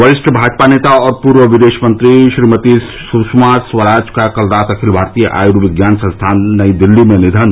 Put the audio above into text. वरिष्ठ भाजपा नेता और पूर्व विदेश मंत्री श्रीमती सुषमा स्वराज का कल रात अखिल भारतीय आयुर्विज्ञान संस्थान नई दिल्ली में निधन